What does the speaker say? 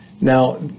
Now